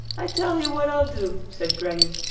i tell you what i'll do said granny.